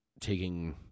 taking